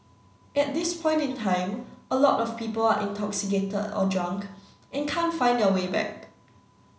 at this point in time a lot of people are intoxicated or drunk and can't find their way back